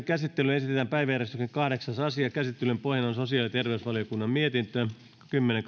käsittelyyn esitellään päiväjärjestyksen kahdeksas asia käsittelyn pohjana on sosiaali ja terveysvaliokunnan mietintö kymmenen